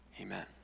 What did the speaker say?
Amen